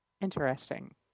Interesting